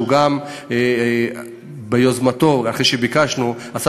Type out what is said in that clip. שהוא גם ביוזמתו וגם אחרי שביקשנו עשה